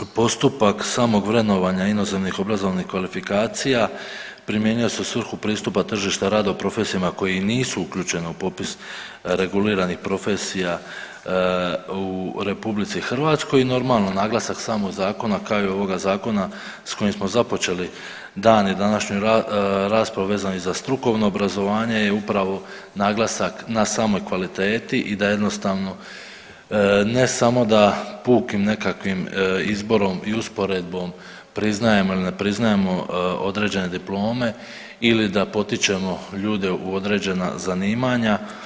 Postupak samog vrednovanja inozemnih obrazovnih kvalifikacija primjenjuje se u svrhu pristupa tržišta rada u profesijama koje nisu uključene u popis reguliranih profesija u RH i normalno naglasak samog zakona kaže ovoga zakona s kojim smo započeli dan i današnju raspravu vezan i za strukovno obrazovanje i upravo naglasak na samoj kvaliteti i da jednostavno ne samo da pukim nekakvim izborom i usporedbom priznajemo ili ne priznajemo određene diplome ili da potičemo ljude u određena zanimanja.